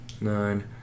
nine